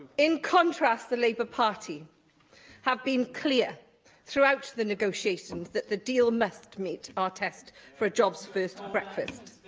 in contrast, the labour party have been clear throughout the negotiations that the deal must meet our test for a jobs-first brexit.